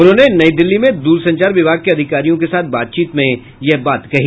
उन्होंने नई दिल्ली में द्रसंचार विभाग के अधिकारियों के साथ बातचीत में यह बात कही